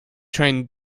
trained